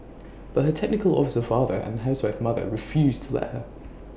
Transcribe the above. but her technical officer father and housewife mother refused to let her